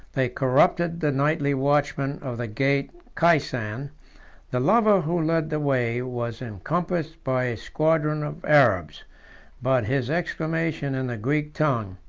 they corrupted the nightly watchmen of the gate keisan the lover, who led the way, was encompassed by a squadron of arabs but his exclamation in the greek tongue,